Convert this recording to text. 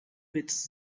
pits